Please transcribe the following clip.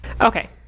Okay